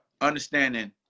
understanding